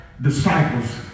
disciples